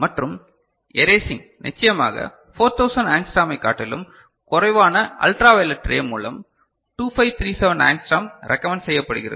மற்றும் எரேசிங் நிச்சயமாக 4000 ஆங்ஸ்ட்ராமைக் காட்டிலும் குறைவான அல்ட்ரா வயலெட் ரே மூலம் 2537 ஆங்ஸ்ட்ரோம் ரெகமென்ட் செய்யப்படுகிறது